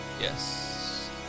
Yes